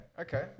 Okay